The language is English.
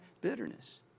bitterness